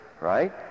right